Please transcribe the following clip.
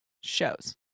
shows